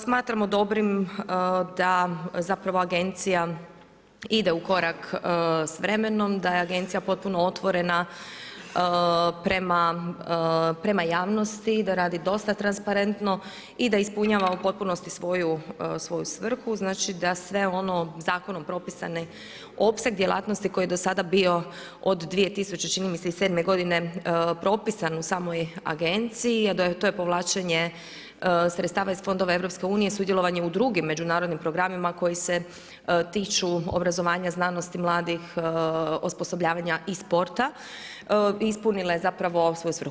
Smatramo dobrim da agencija ide u korak s vremenom, da je agencija potpuno otvorena prema javnosti i da radi dosta transparentno i da ispunjava u potpunosti svoju svrhu, znači da sve ono zakonom propisani opseg djelatnosti koji je do sada bio od 2007. čini mi se godine propisan u samoj agenciji, a to je povlačenje sredstava iz fondova EU, sudjelovanje u drugim međunarodnim programima koji se tiču obrazovanja, znanosti mladih osposobljavanja i sporta i ispunila je zapravo svoju svrhu.